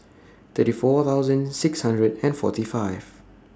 thirty four thousand six hundred and forty five